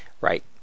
right